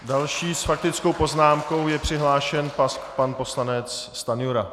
Další s faktickou poznámkou je přihlášen pan poslanec Stanjura.